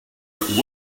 looked